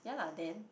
ya lah then